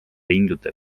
lindude